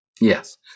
Yes